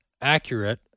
accurate